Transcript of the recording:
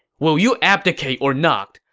will you abdicate or not?